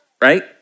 right